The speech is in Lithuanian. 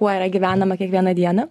kuo yra gyvenama kiekvieną dieną